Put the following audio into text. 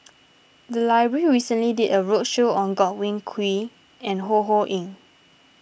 the library recently did a roadshow on Godwin Koay and Ho Ho Ying